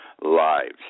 lives